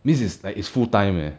this is like is full time leh